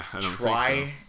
try